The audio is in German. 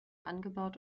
angebaut